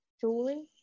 jewelry